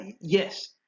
yes